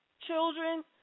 Children